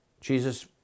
Jesus